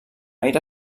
aire